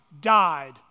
died